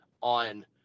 on